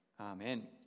Amen